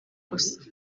gusa